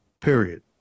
period